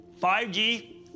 5G